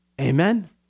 Amen